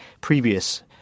previous